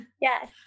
Yes